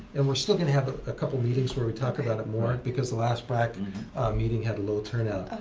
and we're still going to have a couple meetings where we talk about it more, because the last brac meeting had low turnout.